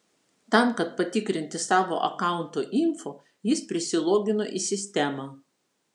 tam kad patikrinti savo akaunto info jis prisilogino į sistemą